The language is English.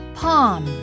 palm